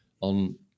on